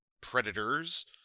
Predators